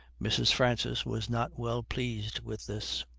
mrs. francis was not well pleased with this.